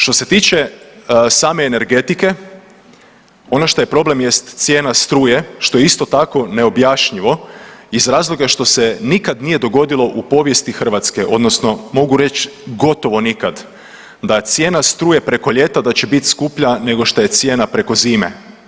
Što se tiče same energetike ono što je problem jest cijena struje što je isto tako neobjašnjivo iz razloga što se nikad nije dogodilo u povijesti Hrvatske, odnosno mogu reći gotovo nikad da cijena struje preko ljeta da će biti skuplja nego što je cijena preko zime.